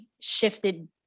shifted